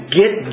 get